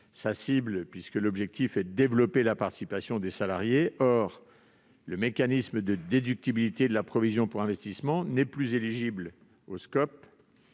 sa cible, car son objectif est de développer la participation des salariés. Or le mécanisme de déductibilité de la provision pour investissement n'est plus éligible qu'aux